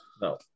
No